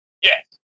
yes